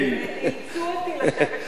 אילצו אותי לשבת שם, אני התנגדתי.